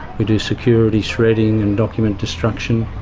we do security shredding and document destruction.